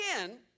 again